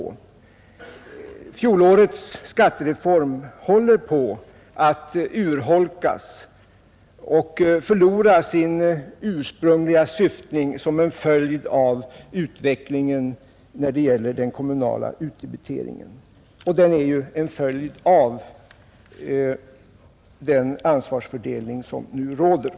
Fjolårets skattereform håller, som en följd av utvecklingen när det gäller den kommunala utdebiteringen, på att urholkas och förlora vad som ursprungligen var syftet med reformen.